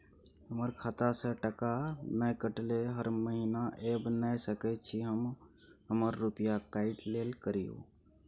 हमर खाता से टका नय कटलै हर महीना ऐब नय सकै छी हम हमर रुपिया काइट लेल करियौ?